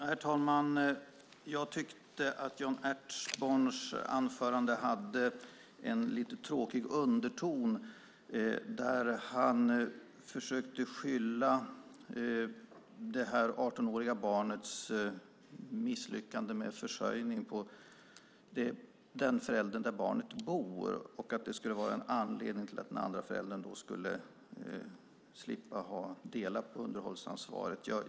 Herr talman! Jag tyckte att Jan Ertsborns anförande hade en lite tråkig underton, där han försökte skylla det 18-åriga barnets misslyckande med försörjning på den föräldern hos vilken barnet bor och att det skulle vara en anledning till att den andra föräldern skulle slippa dela på underhållsansvaret.